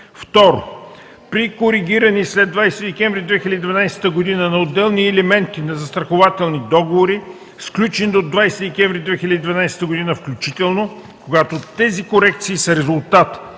2. при коригиране след 20 декември 2012 г. на отделни елементи на застрахователни договори, сключени до 20 декември 2012 г. включително, когато тези корекции са резултат